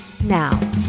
now